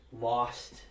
lost